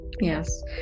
Yes